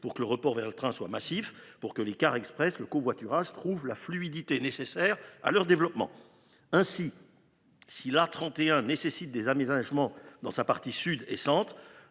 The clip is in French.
pour que le report vers le train soit massif, pour que les cars express et le covoiturage trouvent la fluidité nécessaire à leur développement. Ainsi, si l’autoroute A31 nécessite des aménagements dans sa partie sud et centre,